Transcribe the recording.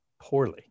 poorly